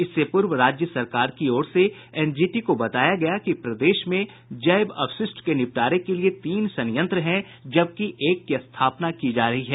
इससे पूर्व राज्य सरकार की ओर से एनजीटी को बताया गया कि प्रदेश में जैव अपशिष्ट के निपटारे के लिए तीन संयंत्र हैं जबकि एक की स्थापना की जा रही है